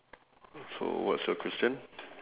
so what's your question